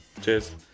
Cheers